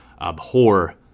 abhor